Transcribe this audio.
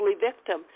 victim